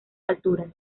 alturas